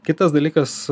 kitas dalykas